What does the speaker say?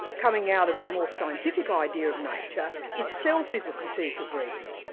coming out of the more scientific idea of nature, itself is a critique of reason.